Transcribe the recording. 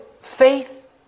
faith